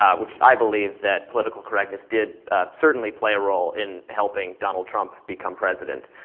um which i believe that political correctness did certainly play a role in helping donald trump become president.